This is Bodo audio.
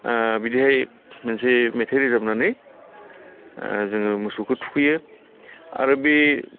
ओ बिदिहाय मोनसे मेथाइ रोजाबनानै ओ जोङो मोसौखौ थुखैयो आरो बे